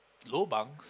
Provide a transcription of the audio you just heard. lobangs